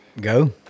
Go